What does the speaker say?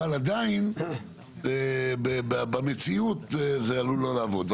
אבל, עדיין, במציאות, זה עלול לא לעבוד.